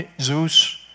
Zeus